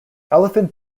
elephant